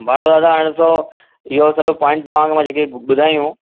भाड़ो दादा हाणे त इहो सॼो पोईंट तव्हांखे मां जेके ॿुधाईयूं